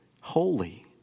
holy